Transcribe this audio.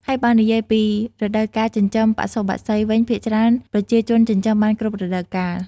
ហើយបើនិយាយពីរដូវការចិញ្ចឹមបសុបក្សីវិញ ភាគច្រើនប្រជាជនចិញ្ចឹមបានគ្រប់រដូវកាល។